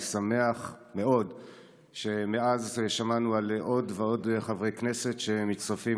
אני שמח מאוד שמאז שמענו על עוד ועוד חברי כנסת שמצטרפים